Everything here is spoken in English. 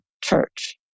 church